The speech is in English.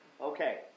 okay